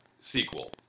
sequel